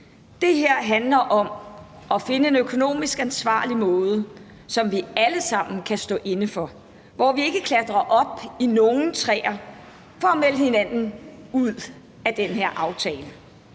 her, det handler jo om at finde en økonomisk ansvarlig måde, som vi alle sammen kan stå inde for, og hvor vi ikke klatre op i nogle træer for at melde hinanden ud af denne her aftale.«